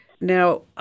Now